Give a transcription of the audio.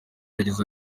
yagize